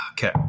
Okay